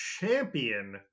champion